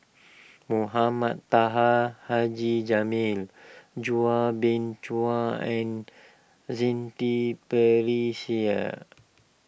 Mohama Taha Haji Jamil Chua Beng Chua and Shanti